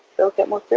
they'll get more